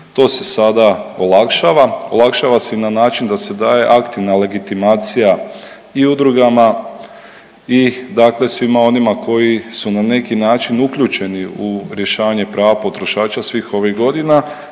To se sada olakšava. Olakšava se na način da se daje aktivna legitimacija i udrugama i dakle svima onima koji su na neki način uključeni u rješavanje prava potrošača svih ovih godina